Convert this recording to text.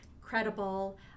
credible